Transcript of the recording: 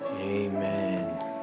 amen